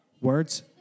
Words